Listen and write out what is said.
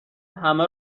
همه